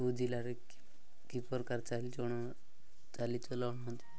କୋଉ ଜିଲ୍ଲାରେ କି ପ୍ରକାର ଚାଲିଚଳ ଚାଲିଚଲନ